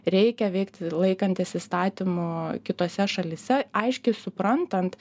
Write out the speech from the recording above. reikia veikti laikantis įstatymų kitose šalyse aiškiai suprantant